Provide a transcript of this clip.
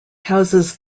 houses